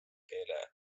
keele